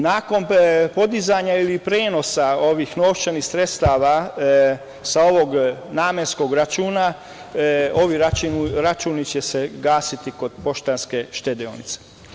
Nakon podizanja ili prenosa ovih novčanih sredstava sa ovog namenskog računa, ovi računi će se gasiti kod „Poštanske štedionice“